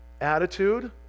attitude